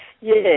Yes